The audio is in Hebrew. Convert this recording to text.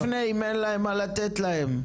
איך היא תפנה אם אין לה מה לתת להם?